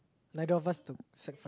neither of us to sec-five